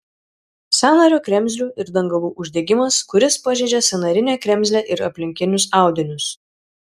sąnario kremzlių ir dangalų uždegimas kuris pažeidžia sąnarinę kremzlę ir aplinkinius audinius